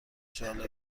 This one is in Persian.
جالب